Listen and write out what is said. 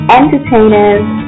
entertainers